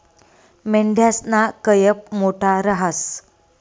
मेंढयासना कयप मोठा रहास